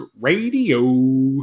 radio